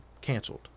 canceled